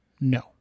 No